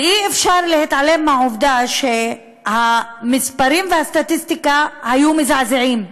אי אפשר להתעלם מהעובדה שהמספרים והסטטיסטיקה היו מזעזעים.